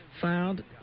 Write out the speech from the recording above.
filed